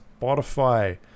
Spotify